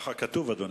ככה כתוב, אדוני.